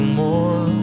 more